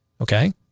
Okay